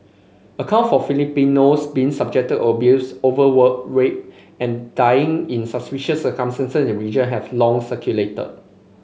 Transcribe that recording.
account for Filipinos being subjected to abuse overwork rape and dying in suspicious circumstances in the region have long circulated